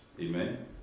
amen